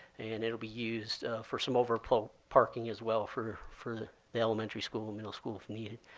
and it'll be used for some overflow parking as well for for the elementary school and middle school, if needed.